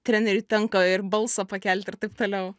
treneriui tenka ir balsą pakelt ir taip toliau